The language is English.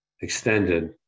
extended